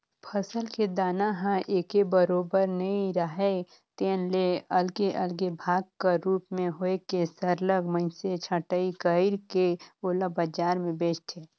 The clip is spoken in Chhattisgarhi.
फसल के दाना ह एके बरोबर नइ राहय तेन ले अलगे अलगे भाग कर रूप में होए के सरलग मइनसे छंटई कइर के ओला बजार में बेंचथें